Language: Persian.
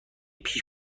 پیش